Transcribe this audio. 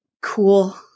cool